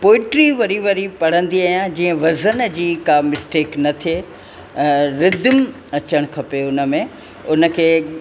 poetry वरी वरी पढ़न्दी आहियां जीअं वज़न जी का मिस्टेक न थिए रिधिम अचणु खपे उन में उन खे